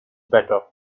better